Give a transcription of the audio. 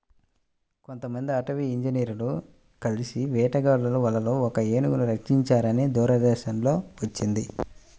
కొంతమంది అటవీ ఇంజినీర్లు కలిసి వేటగాళ్ళ వలలో ఒక ఏనుగును రక్షించారని దూరదర్శన్ లో వచ్చింది